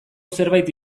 zerbait